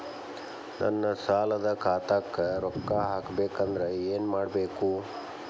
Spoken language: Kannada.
ನನ್ನ ಸಾಲದ ಖಾತಾಕ್ ರೊಕ್ಕ ಹಾಕ್ಬೇಕಂದ್ರೆ ಏನ್ ಮಾಡಬೇಕು?